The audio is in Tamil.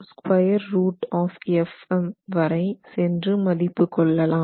125 வரை சென்று மதிப்பு கொள்ளலாம்